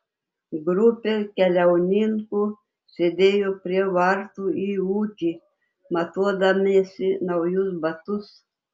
grupė keliauninkų sėdėjo prie vartų į ūkį matuodamiesi naujus batus